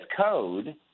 code